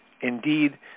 Indeed